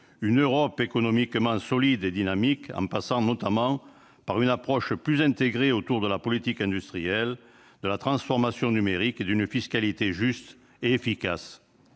une Europe économiquement solide et dynamique, en passant notamment par une approche plus intégrée autour de la politique industrielle, de la transformation numérique et d'une fiscalité juste et efficace